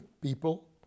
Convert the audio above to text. people